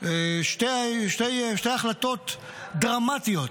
שתי החלטות דרמטיות,